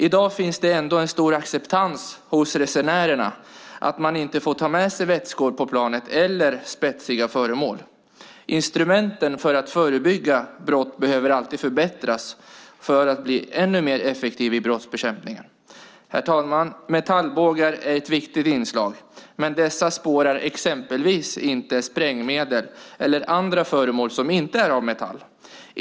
I dag finns ändå en stor acceptans hos resenärerna för att man inte får ta med sig vätskor eller spetsiga föremål på planet. Instrumenten för att förebygga brott behöver alltid förbättras för att bli ännu mer effektiva i brottsbekämpningen. Herr talman! Metallbågar är ett viktigt inslag, men dessa spårar exempelvis inte sprängmedel eller andra föremål som inte är av metall.